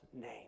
name